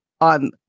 on